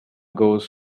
goes